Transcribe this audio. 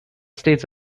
states